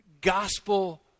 gospel